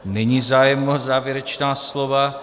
Není zájem o závěrečná slova.